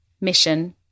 mission